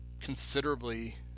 considerably